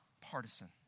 partisan